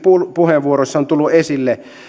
puheenvuoroissa on tullut esille